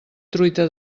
truita